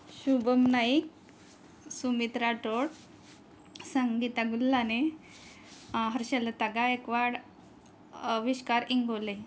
Shubham Naik Sumit Rathod Sangeeta Gulhane Harshalata Gaikwad Avishkar Ingole